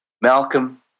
Malcolm